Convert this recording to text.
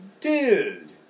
dude